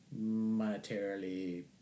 monetarily